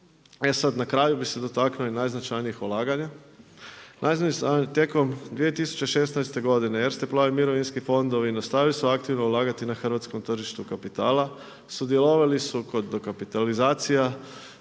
sad, na kraju bi se dotaknuo i najznačjanih ulaganja. Tijekom 2016. godine, Erste plavih mirovinski fondovi nastavili su aktivno ulagati na hrvatskom tržištu kapitala, sudjelovali su kod kapitalizacija